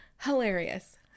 Hilarious